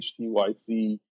HTYC